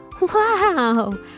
Wow